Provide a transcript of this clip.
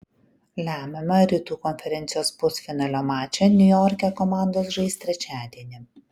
lemiamą rytų konferencijos pusfinalio mačą niujorke komandos žais trečiadienį